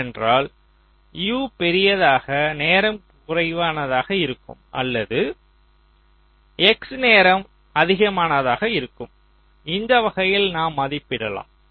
ஏனென்றால் U பெரியதாக நேரம் குறைவானதாக இருக்கும் அல்லது X நேரம் அதிகமானதாக இருக்கும் இந்த வகையில் நாம் மதிப்பிடலாம்